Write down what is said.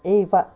eh but